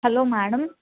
hello madam